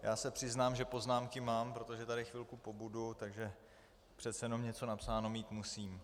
Já se přiznám, že poznámky mám, protože tady chvilku pobudu, takže přece jenom něco napsáno mít musím.